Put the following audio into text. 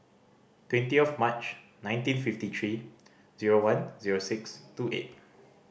twenty of March nineteen fifty three zero one zero six two eight